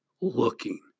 looking